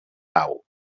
pau